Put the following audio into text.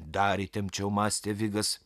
dar įtempčiau mąstė vigas